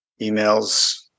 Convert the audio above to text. emails